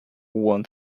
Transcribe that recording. won